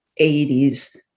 80s